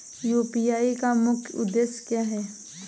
UPI का मुख्य उद्देश्य क्या है?